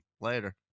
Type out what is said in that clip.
later